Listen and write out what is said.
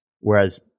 whereas